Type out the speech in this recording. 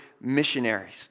missionaries